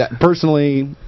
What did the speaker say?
Personally